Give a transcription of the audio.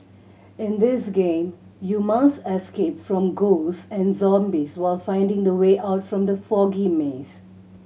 in this game you must escape from ghosts and zombies while finding the way out from the foggy maze